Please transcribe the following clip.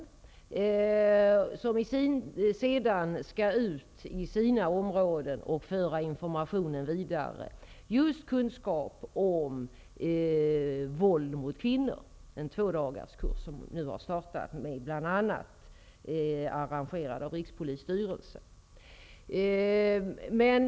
Dessa företrädare skall därefter i sin tur föra informationen vidare i sina områden. Det är en tvådagarskurs, arrangerad av bl.a. Rikspolisstyrelsen, och den handlar just om våld mot kvinnor.